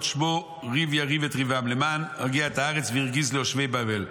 שמו ריב יריב את ריבם למען הרגיע את הארץ והרגיז ליושבי בבל'.